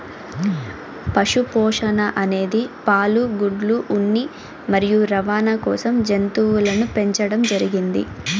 పశు పోషణ అనేది పాలు, గుడ్లు, ఉన్ని మరియు రవాణ కోసం జంతువులను పెంచండం జరిగింది